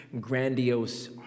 grandiose